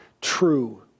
true